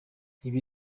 ibi